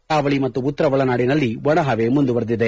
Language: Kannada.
ಕರಾವಳಿ ಮತ್ತು ಉತ್ತರ ಒಳನಾಡಿನಲ್ಲಿ ಒಣಹವೆ ಮುಂದುವರಿದಿದೆ